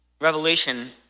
Revelation